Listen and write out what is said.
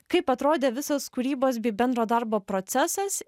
kaip atrodė visas kūrybos bei bendro darbo procesas